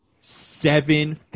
seven